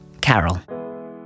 Carol